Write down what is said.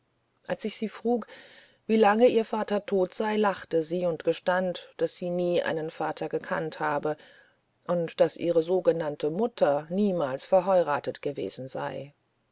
als ich sie frug wie lange ihr vater tot sei lachte sie und gestand daß sie nie einen vater gekannt habe und daß ihre sogenannte mutter niemals verheuratet gewesen sei